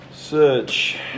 Search